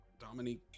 Dominique